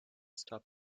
stop